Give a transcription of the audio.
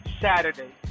Saturday